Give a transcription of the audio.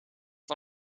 van